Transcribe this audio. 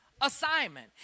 assignment